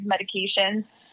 medications